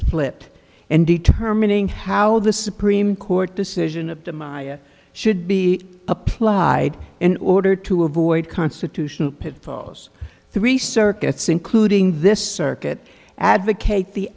split and determining how the supreme court decision of the my should be applied in order to avoid constitutional pitfalls three circuits including this circuit advocate the